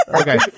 Okay